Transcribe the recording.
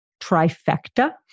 trifecta